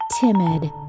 timid